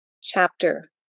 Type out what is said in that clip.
chapter